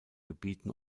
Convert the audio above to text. gebieten